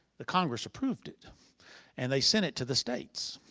the congress approved it and they sent it to the states.